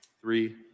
three